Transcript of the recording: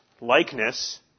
likeness